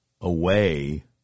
away